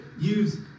use